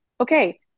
Okay